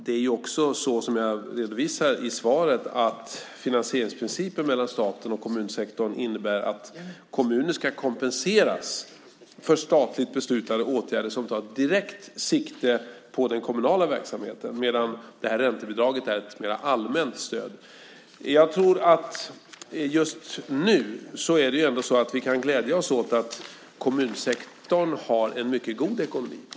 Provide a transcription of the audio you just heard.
Det är också så, som jag redovisar i svaret, att finansieringsprincipen mellan staten och kommunsektorn innebär att kommuner ska kompenseras för statligt beslutade åtgärder som tar direkt sikte på den kommunala verksamheten. Räntebidraget är ett mer allmänt stöd. Jag tror att det just nu ändå är så att vi kan glädja oss åt att kommunsektorn har en mycket god ekonomi.